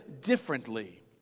differently